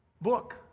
book